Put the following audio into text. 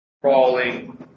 crawling